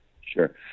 Sure